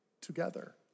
together